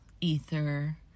ether